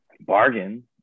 bargain